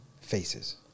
faces